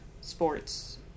sports